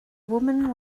woman